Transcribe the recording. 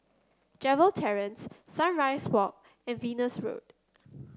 Gerald Terrace Sunrise Walk and Venus Road